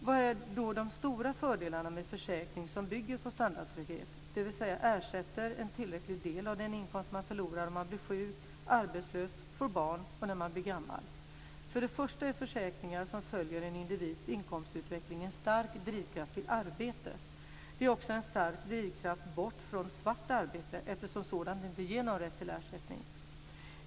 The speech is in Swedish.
Vad är då de stora fördelarna med försäkringar som bygger på standardtrygghet, dvs. ersätter en tillräcklig del av den inkomst man förlorar om man blir sjuk, arbetslös eller får barn och när man blir gammal? För det första är försäkringar som följer en individs inkomstutveckling en stark drivkraft till arbete. Det är också en stark drivkraft bort från svart arbete, eftersom sådant inte ger någon rätt till ersättning.